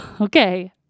Okay